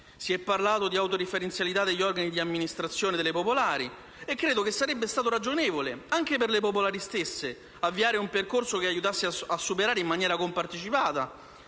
Si è parlato di autoreferenzialità degli organi di amministrazione delle popolari e credo che sarebbe stato ragionevole, anche per le popolari stesse, avviare un percorso che aiutasse a superare in maniera compartecipata